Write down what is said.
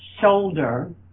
shoulder